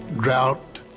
drought